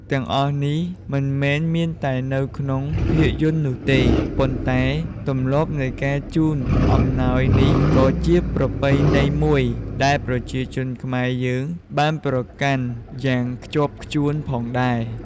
ទាំងអស់នេះមិនមែនមានតែនៅក្នុងភាពយន្តនោះទេ ប៉ុន្តែទម្លាប់នៃការជូនអំណោយនេះក៏ជាប្រពៃណីមួយដែលប្រជាជនខ្មែរយើងបានប្រកាន់យ៉ាងខ្ជាប់់ខ្ជួនផងដែរ។